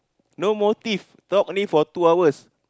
no motive talk only for two hours